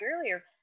earlier